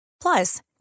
Plus